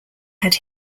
had